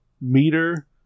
meter